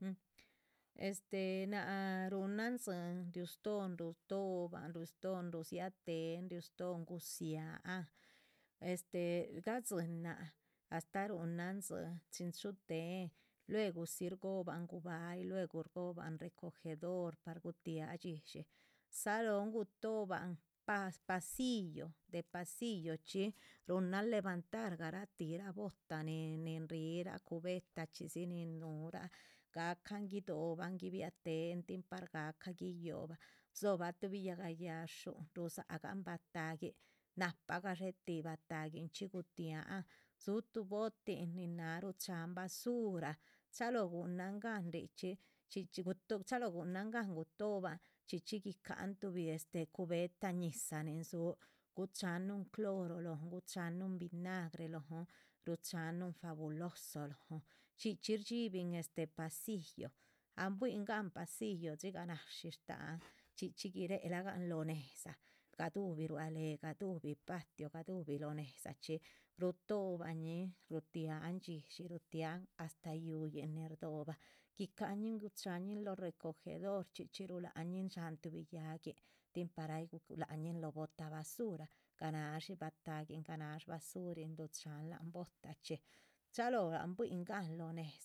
Este náac ruhunan tzín riú stóhon rutohoban riú stóohn rudzia téhen riú stóhon ruziáhan este gadzínan astáh ruhunan tzín chin chuhutéhen lueguzi rgohoban. guba´yih, luegu shgohoban recogedor, par gutiaha dxídshi dzalóhon gutohoban pa pasillo, de pasillo chxí ruhunan levantar garatih rah bota nin rihira cubetah chxídzi. nin núhurah gahcan guidohoban guibia tehen tin par gahca guiyo´bah guiyobah tuhbo yáhga yáhxun, shtáhgan batahguin, nahpa gadxetih bataguinchxi gutiáhan. dzú tuh botin nin náha ruchahan basura, chalóho gunan gan richxí chxí chxí guto, chalóh gunan gan gutohoban chxí chxí guicpahan tuhbi este cubetah ñizah nin dzúhu. gucháhan núhun cloro lóhon gucháhan núhun vinagre lóhon rucháhan núhun fabuloso lóhon chxí chxí shdxibin este pasillo, ahn buihin gan pasillo, dxigah náshi. shtáhan chxí chxí guiréga lan lóho nédza gaduhubi ruá lehe, gadúhibi patio, gaduhubi lóh nédza, rutoho bañin rutiáhan dxídshi rutiáhan hasta ýuuyin nin rdóhobah. guicahanin guchañin lóho recogedor chxí chxí ruhulañin dxáhan tuhbi yáhguin tin par ay gu rulañin lóho botah basura gana´dxa batahguin gana´dxa basurin ruchahan lahan. botachxí, chalóho an buihin gan lóho nédza.